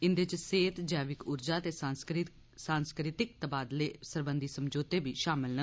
इन्दे च सेहत जैविक उर्जा ते सांस्कृतिक तबादले सरबंधी समझौत बी शामल न